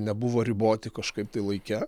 nebuvo riboti kažkaip tai laike